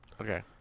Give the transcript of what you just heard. Okay